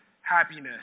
happiness